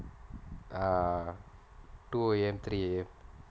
err two A_M three A_M